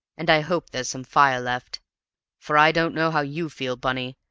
and i hope there's some fire left for i don't know how you feel, bunny,